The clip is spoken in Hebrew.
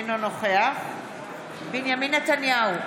אינו נוכח בנימין נתניהו,